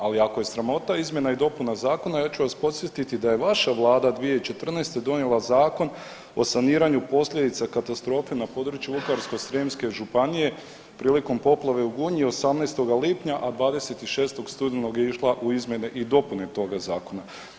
Ali, ako je sramota izmjena i dopuna zakona, ja ću vas podsjetiti da je vaša Vlada 2014. donijela zakon o saniraju posljedica katastrofe na području Vukovarsko-srijemske županije prilikom poplave u Gunji 18. lipnja, a 26. studenog je išla u izmjene i dopune toga Zakona.